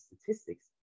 statistics